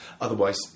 Otherwise